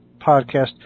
podcast